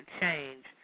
change